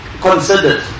considered